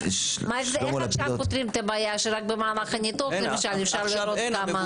איך עכשיו פותרים את הבעיה שרק במהלך הניתוח למשל אפשר לראות כמה?